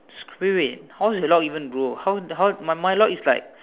wait wait wait how is the lock even bro how how my lock is like